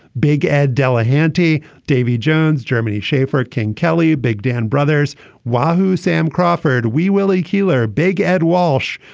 big ed delahanty. davy jones, germany. shaefer king. kelly big dan brothers wahoo. sam crawford. we willie keeler. big ed walsh.